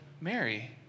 Mary